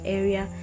area